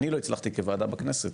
אני לא הצלחתי כוועדה בכנסת,